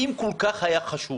אם הנושא היה כל כך חשוב,